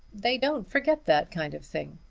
they don't forget that kind of thing.